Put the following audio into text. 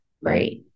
Right